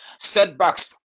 setbacks